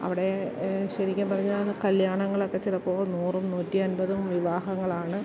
അവിടെ ശരിക്കും പറഞ്ഞാൽ കല്ല്യാണങ്ങളൊക്കെ ചിലപ്പോൾ നൂറും നൂറ്റിയൻപതും വിവാഹങ്ങളാണ്